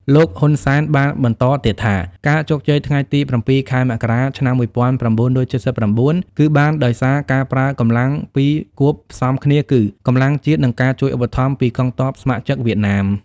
លោក ហ៊ុន សែន បានបន្តទៀតថា ការជោគជ័យថ្ងៃទី៧ ខែ មករា ឆ្នាំ ១៩៧៩ គឺបានដោយសារការប្រើកម្លាំងពីរគូបផ្សំគ្នាគឺ កម្លាំងជាតិ និងការជួយឧបត្ថម្ភពីកងទ័ពស្ម័គ្រចិត្តវៀតណាម។